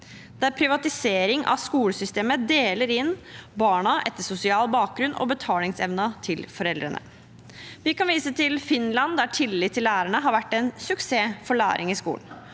der privatisering av skolesystemet deler inn barna etter sosial bakgrunn og betalingsevnen til foreldrene. Vi kan vise til Finland, der tillit til lærerne har vært en suksess for læring i skolen,